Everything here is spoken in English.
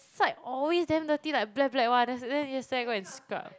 side always damn dirty like black black one then yesterday I go and scrub